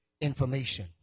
information